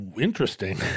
Interesting